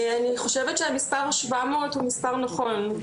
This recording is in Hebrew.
אני חושבת שהמספר שבע מאות הוא מספר נכון.